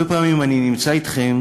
הרבה פעמים אני נמצא אתכם